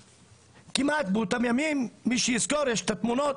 כמעט באותם ימים, מי שיזכור יש את התמונות,